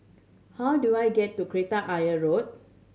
how do I get to Kreta Ayer Road